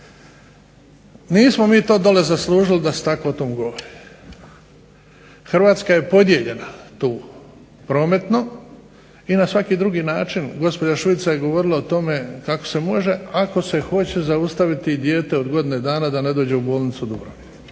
Nismo mi dole zaslužili da se tako o tome govori. Hrvatska je podijeljena tu prometno i na svaki drugi način, gospođa Šuica je govorila o tome kako se može ako se hoće zaustaviti dijete od godine dana da ne dođe u bolnicu Dubrovnik,